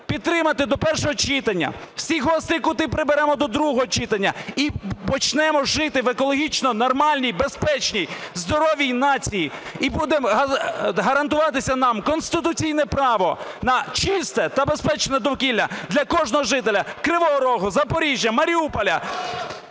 підтримати до першого читання, всі гострі кути приберемо до другого читання і почнемо жити в екологічно нормальній, безпечній, здоровій нації. І буде гарантуватися нам конституційне право на чисте та безпечне довкілля для кожного жителя Кривого Рогу, Запоріжжя, Маріуполя.